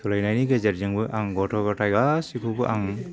सोलायनायनि गेजेरजोंबो आं गथ' गथाइ गासिखौबो आं